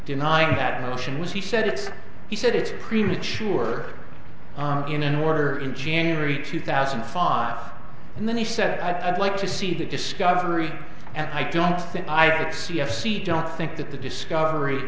denying that motion was he said it's he said it's premature for him in order in january two thousand and five and then he said i'd like to see the discovery and i don't think i could c f c don't think that the discovery